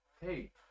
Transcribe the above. Hey